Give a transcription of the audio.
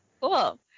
Cool